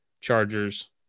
Chargers